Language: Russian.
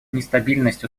нестабильность